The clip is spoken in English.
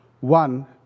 One